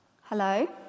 Hello